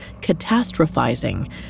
catastrophizing